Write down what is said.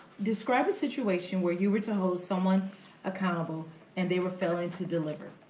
describe a situation where you were to hold someone accountable and they were failing to deliver.